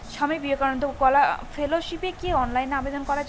স্বামী বিবেকানন্দ ফেলোশিপে কি অনলাইনে আবেদন করা য়ায়?